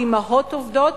לאמהות עובדות,